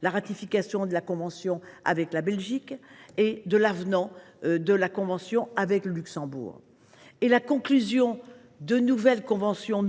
la ratification de la convention avec la Belgique et de l’avenant à la convention avec le Luxembourg, mais aussi par la conclusion de nouvelles conventions